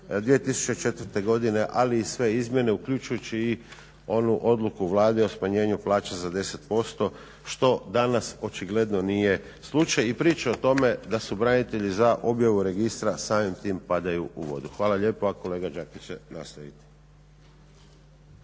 2004. godine, ali i sve izmjene uključujući i onu odluku Vlade o smanjenju plaće za 10% što danas očigledno nije slučaj. I priče o tome da su branitelji za objavu registra samim time padaju u vodu. Hvala lijepo, a kolega Đakić će nastaviti.